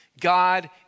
God